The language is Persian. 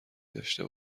داشته